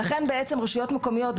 לכן רשויות מקומיות,